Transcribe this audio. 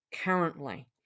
currently